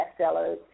bestsellers